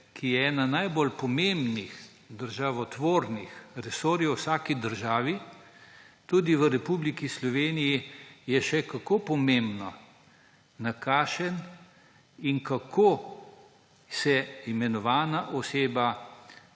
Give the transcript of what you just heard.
ki je eden najbolj pomembnih državotvornih resorjev v vsaki državi, tudi v Republiki Sloveniji, je še kako pomembno, kako imenovana obsega